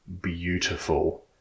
beautiful